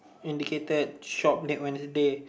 indicated shop date Wednesday